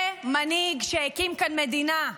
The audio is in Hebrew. זה מנהיג שהקים כאן מדינה.